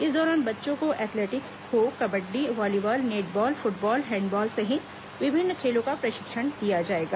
इस दौरान बच्चों को athletics kho kabaddi volleyball netball football handball सहित विभिन्न खेलों का प्रशिक्षण दिया जाएगा